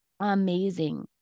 amazing